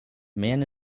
man